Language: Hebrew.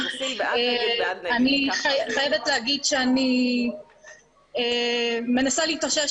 אני חייבת לומר שאני מנסה להתאושש